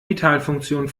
vitalfunktionen